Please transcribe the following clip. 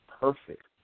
perfect